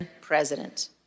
president